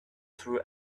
through